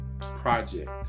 project